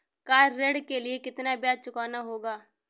Car ऋण के लिए कितना ब्याज चुकाना होगा?